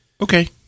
Okay